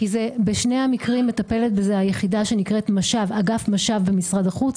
כי בשני המקרים מטפל בזה אגף מש"ב במשרד החוץ,